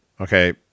Okay